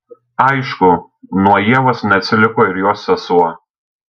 aišku nuo ievos neatsiliko ir jos sesuo